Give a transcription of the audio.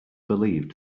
believed